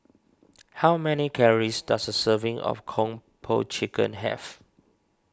how many calories does a serving of Kung Po Chicken have